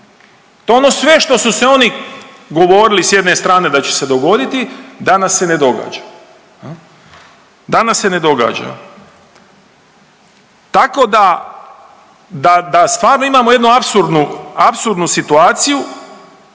To ono sve što su se oni govorili sa jedne strane da će se dogoditi danas se ne događa, danas se ne događa. Tako da stvarno imamo jednu apsurdnu situaciju